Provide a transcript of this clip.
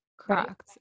Correct